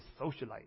socialite